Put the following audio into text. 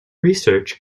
research